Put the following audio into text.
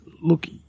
look